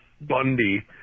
bundy